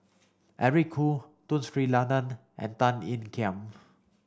Eric Khoo Tun Sri Lanang and Tan Ean Kiam